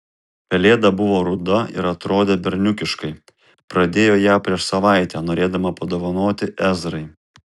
pelėda buvo ruda ir atrodė berniukiškai pradėjo ją prieš savaitę norėdama padovanoti ezrai